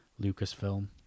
Lucasfilm